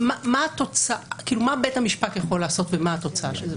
מה בית המשפט יכול לעשות ומה התוצאה של זה?